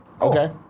Okay